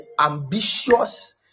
ambitious